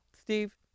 Steve